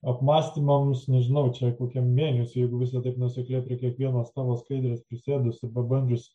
apmąstymams nežinau čia kokiam mėnesiui jeigu visa taip nuosekliai prei kiekvienos tavo skaidrės prisėdusi ir pabandžius